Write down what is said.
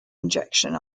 injection